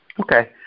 Okay